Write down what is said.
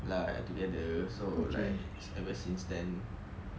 lah together so like ever since then